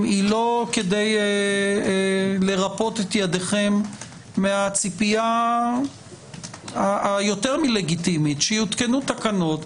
היא לא כדי לרפות את ידיכם מהציפייה היותר מלגיטימית שיותקנו תקנות,